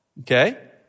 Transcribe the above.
Okay